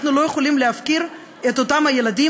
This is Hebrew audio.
אנחנו לא יכולים להפקיר את אותם הילדים